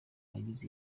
agize